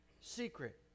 secret